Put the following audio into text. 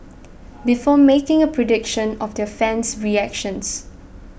before making a prediction of their fan's reactions